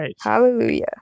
Hallelujah